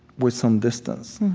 with some distance